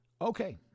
Okay